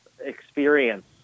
experience